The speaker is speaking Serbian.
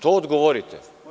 To odgovorite.